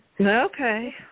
Okay